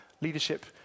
Leadership